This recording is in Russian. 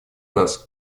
нас